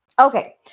Okay